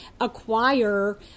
acquire